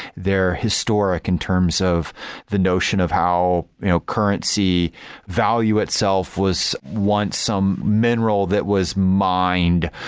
they're historic in terms of the notion of how you know currency value itself was once some mineral that was mined,